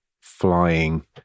flying